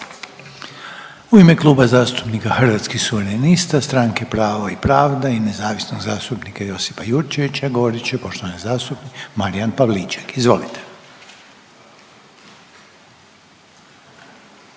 redu Klub zastupnika Hrvatskih suverenista, Stranke pravo pravda, nezavisnog zastupnika Josipa Jurčevića, prijavljen je Marijan Pavliček međutim